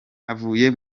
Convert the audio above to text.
avuye